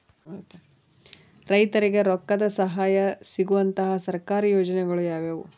ರೈತರಿಗೆ ರೊಕ್ಕದ ಸಹಾಯ ಸಿಗುವಂತಹ ಸರ್ಕಾರಿ ಯೋಜನೆಗಳು ಯಾವುವು?